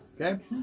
Okay